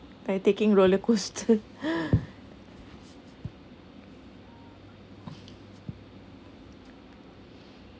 by taking roller coaster